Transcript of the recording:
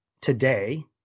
today